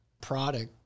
product